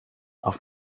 auf